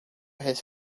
his